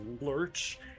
lurch